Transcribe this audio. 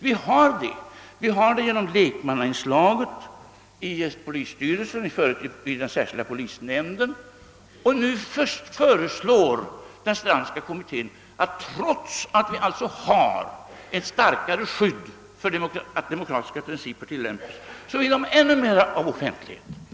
Vi har det genom lekmannainslaget i polisstyrelsen och i den särskilda polisnämnden. Och nu föreslår den Strandska nämnden ännu större offentlighet, trots att vi har en starkare garanti än något annat land för att demokratiska principer tillämpas.